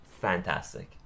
fantastic